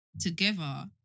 together